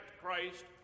Christ